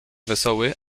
wesoły